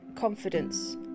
confidence